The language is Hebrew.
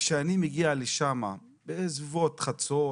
כשאני מגיע לשם בסביבות חצות,